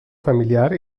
familiar